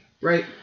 Right